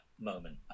moment